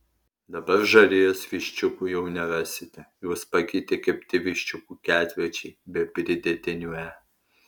dabar žarijos viščiukų jau nerasite juos pakeitė kepti viščiukų ketvirčiai be pridėtinių e